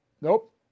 Nope